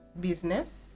business